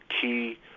key